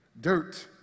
dirt